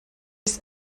this